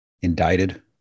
indicted